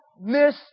miss